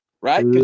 right